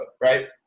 right